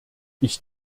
ich